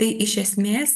tai iš esmės